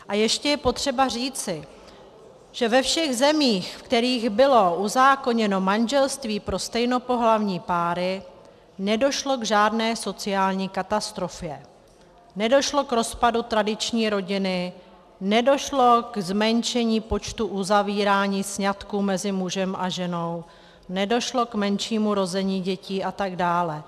A ještě je potřeba říci, že ve všech zemích, kde bylo uzákoněno manželství pro stejnopohlavní páry, nedošlo k žádné sociální katastrofě, nedošlo k rozpadu tradiční rodiny, nedošlo k zmenšení počtu uzavírání sňatků mezi mužem a ženou, nedošlo k menšímu rození dětí atd.